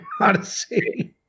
Odyssey